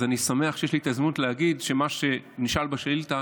אז אני שמח שיש לי את ההזדמנות להגיד שמה שנשאל בשאילתה